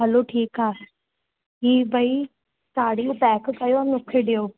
हलो ठीकु आहे इहा ॿई साड़ियूं पैक कयो मूंखे ॾियो